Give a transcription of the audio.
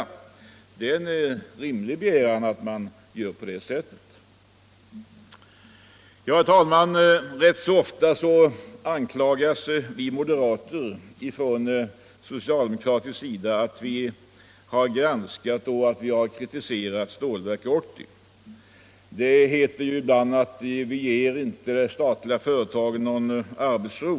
Det är en rimlig begäran att man gör på det sättet. Herr talman! Rätt ofta anklagas vi moderater av socialdemokraterna för att vi har granskat och kritiserat Stålverk 80. Det heter bl.a. att vi inte ger de statliga företagen någon arbetsro.